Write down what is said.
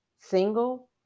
single